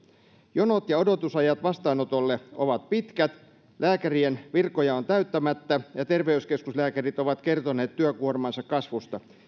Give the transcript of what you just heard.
jonot ja odotusajat vastaanotolle ovat pitkät lääkärien virkoja on täyttämättä ja terveyskeskuslääkärit ovat kertoneet työkuormansa kasvusta